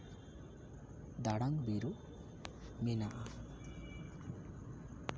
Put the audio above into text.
ᱫᱟᱬᱟᱝ ᱵᱤᱨᱩ ᱢᱮᱱᱟᱜᱼᱟ